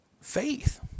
Faith